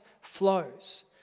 flows